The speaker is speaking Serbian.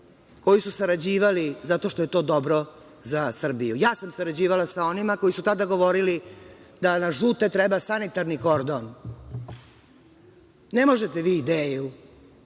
koji su sarađivali zato što je to bilo dobro za Srbiju. Ja sam sarađivala sa onima koji su tada govorili da na žute treba sanitarni kordon. Ne možete vi ideju